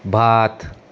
भात